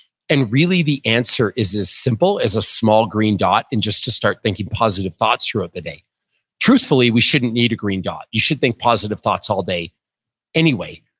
and really the answer is as simple as a small green dot, and just to start thinking positive thoughts throughout the day truthfully, we shouldn't need a green dot. you should think positive thoughts all day anyway.